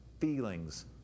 feelings